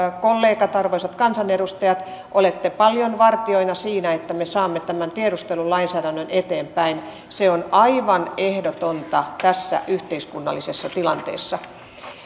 kollegat arvoisat kansanedustajat olette paljon vartijoina siinä että me saamme tämän tiedustelulainsäädännön eteenpäin se on aivan ehdotonta tässä yhteiskunnallisessa tilanteessa